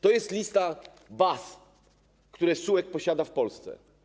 To jest lista baz, które SUEK posiada w Polsce.